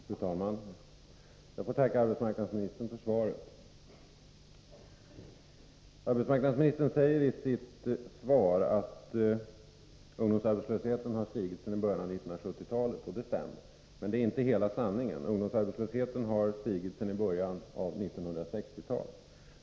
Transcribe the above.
Fru talman! Jag får tacka arbetsmarknadsministern för svaret. Arbetsmarknadsministern säger i sitt svar att ungdomsarbetslösheten har stigit sedan början av 1970-talet, och det stämmer. Men det är inte hela sanningen. Ungdomsarbetslösheten har stigit sedan början av 1960-talet.